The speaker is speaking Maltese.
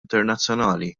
internazzjonali